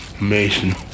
Mason